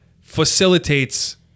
facilitates